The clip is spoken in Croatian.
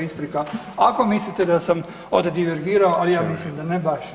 Isprika ako mislite da sam oddivergirao, ali ja mislim da ne baš.